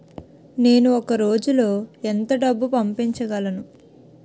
నేను ఒక రోజులో ఎంత డబ్బు పంపించగలను?